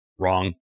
Wrong